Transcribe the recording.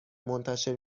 منتشر